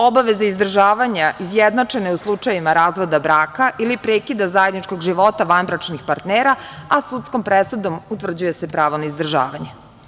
Obaveza izdržavanja izjednačene u slučajevima razvoda braka ili prekida zajedničkog života vanbračnih partnera, a sudskom presudom utvrđuje se pravo na izdržavanje.